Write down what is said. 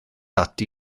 ati